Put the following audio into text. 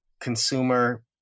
consumer